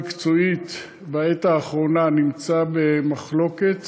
בעת האחרונה הפרויקט הזה נמצא במחלוקת